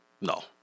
No